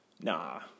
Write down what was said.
Nah